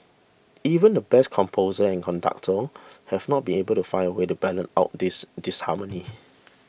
even the best composers and conductors have not been able to find a way to balance out this disharmony